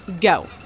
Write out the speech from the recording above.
go